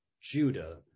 Judah